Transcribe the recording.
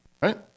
Right